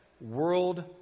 world